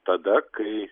tada kai